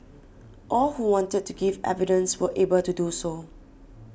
all who wanted to give evidence were able to do so